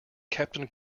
captain